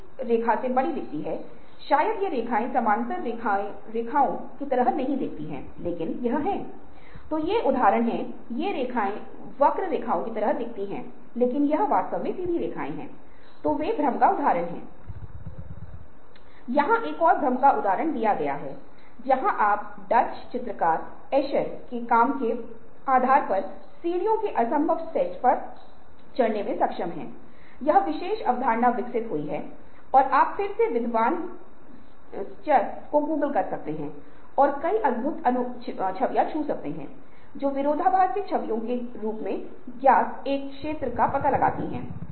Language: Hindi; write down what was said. और एक बार जब यह रोशनी आती है तो एक बार जब आप विचारों को प्राप्त करते हैं तो आपको विचारों को सत्यापित करना होगा क्या विचारों का परीक्षण किया जा सकता है